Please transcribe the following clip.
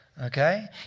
okay